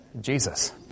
Jesus